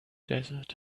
desert